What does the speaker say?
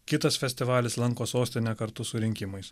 kitas festivalis lanko sostinę kartu su rinkimais